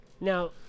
Now